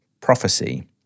prophecy